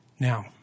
Now